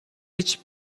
гэж